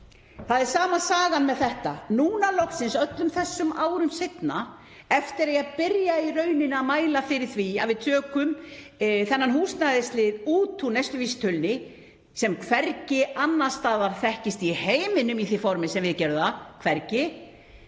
Það er sama sagan með þetta. Núna loksins, öllum þessum árum seinna, eftir að ég byrjaði í rauninni að mæla fyrir því að við tökum þennan húsnæðislið út úr neysluvísitölunni, sem hvergi annars staðar þekkist í heiminum í því formi sem við gerum það, virðist